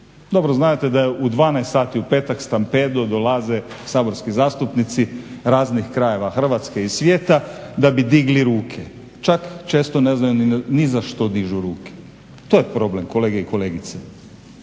Dobro znate da je u 12 sati u petak stampedo, dolaze saborski zastupnici raznih krajeva Hrvatske i svijeta da bi digli ruke, čak često ne znaju ni za što dižu ruke. To je problem kolege i kolegice.